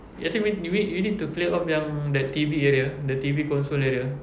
I think we need you need you need to clear up yang that T_V area the T_V console area